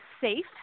safe